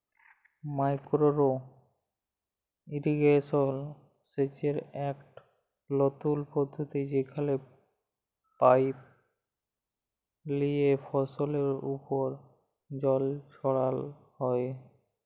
micro irrigation সেচের ইকট লতুল পদ্ধতি যেখালে পাইপ লিয়ে ফসলের উপর জল ছড়াল হ্যয়